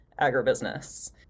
agribusiness